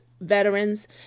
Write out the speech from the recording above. veterans